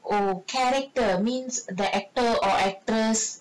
oh character means the actor or actress